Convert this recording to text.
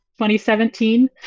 2017